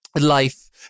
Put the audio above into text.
life